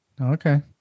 Okay